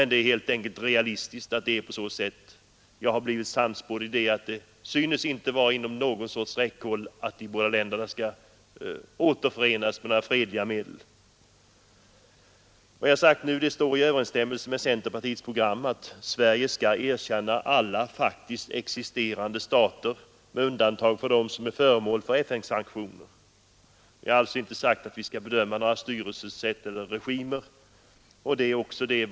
Det är inte realistiskt att tro på en återförening mellan Östoch Västtyskland. Jag har blivit sannspådd i att det icke synes vara inom räckhåll att de båda länderna skall kunna återförenas med fredliga medel. Vad jag nu har sagt står i överensstämmelse med centerpartiets program, nämligen att Sverige skall erkänna alla faktiskt existerande stater med undantag för dem som är föremål för FN-sanktioner. Jag har alltså inte sagt att vi när det gäller att erkänna länder skall göra en bedömning med utgångspunkt från styrelsesätt eller regim.